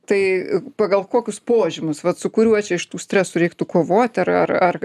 tai pagal kokius požymius vat su kuriuo čia iš tų stresų reiktų kovoti ar ar